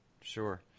sure